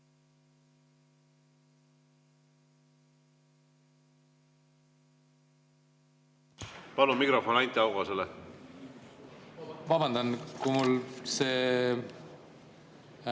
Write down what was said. Palun mikrofon Anti Haugasele. Vabandust! Kui mul see